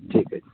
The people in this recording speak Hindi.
ठीक है